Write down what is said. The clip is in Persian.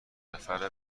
نفر